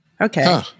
Okay